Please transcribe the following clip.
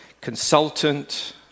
consultant